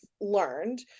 learned